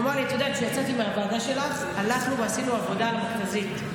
והוא אמר לי: כשיצאתי מהוועדה שלך הלכנו ועשינו עבודה מרכזית,